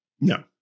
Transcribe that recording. No